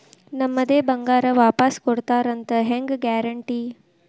ನಮ್ಮದೇ ಬಂಗಾರ ವಾಪಸ್ ಕೊಡ್ತಾರಂತ ಹೆಂಗ್ ಗ್ಯಾರಂಟಿ?